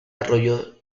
arroyo